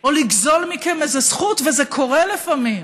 או לגזול מכם איזו זכות, וזה קורה לפעמים,